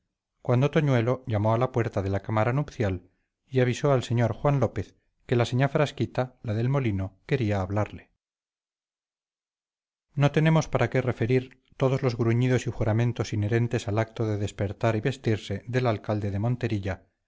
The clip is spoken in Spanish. cuando toñuelo llamó a la puerta de la cámara nupcial y avisó al señor juan lópez que la señá frasquita la del molino quería hablarle no tenemos para qué referir todos los gruñidos y juramentos inherentes al acto de despertar y vestirse el alcalde de monterilla